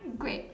great